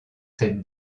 cette